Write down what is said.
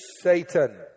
Satan